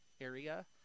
area